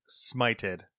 smited